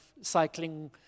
cycling